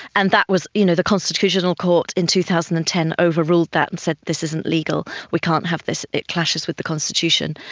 and that was you know, the constitutional court in two thousand and ten overruled that and said this isn't legal, we can't have this, it clashes with the constitution.